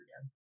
again